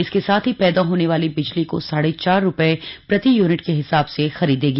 इसके साथ ही पैदा होने वाली बिजली को साढ़े चार रुपये प्रति यूनिट के हिसाब से खरीदेगी